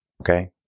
Okay